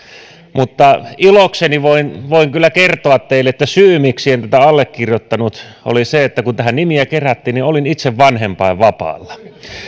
mutta ilokseni voin voin kyllä kertoa teille että syy miksi en tätä allekirjoittanut oli se että kun tähän nimiä kerättiin olin itse vanhempainvapaalla